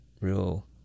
real